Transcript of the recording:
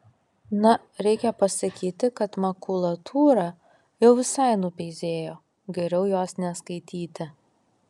na reikia pasakyti kad makulatūra jau visai nupeizėjo geriau jos neskaityti